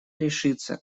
решится